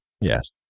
Yes